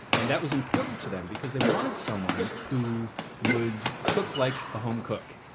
and that was important to them because they wanted someone who would cook like a home cook